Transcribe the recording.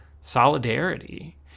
solidarity